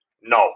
no